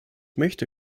möchte